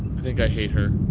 i think i hate her.